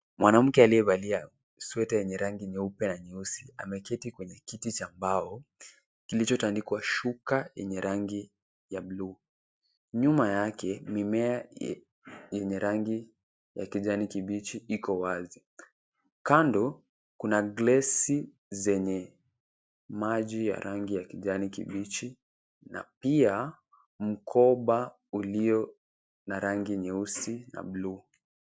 Mwanamke aliyevalia sweta yenye rangi nyeupe na nyeusi, ameketi kwenye kiti cha mbao, kilichotandikwa shuka yenye rangi ya bluu. Nyuma yake mimea yenye rangi ya kijani kibichi iko wazi. Kando, kuna glesi zenye maji ya rangi ya kijani kibichi na pia mkoba ulio na rangi nyeusi na bluu.